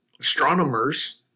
astronomers